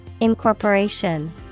Incorporation